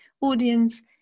audience